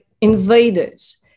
invaders